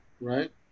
right